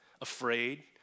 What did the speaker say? afraid